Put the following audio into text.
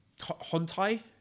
Hontai